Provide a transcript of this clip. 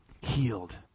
healed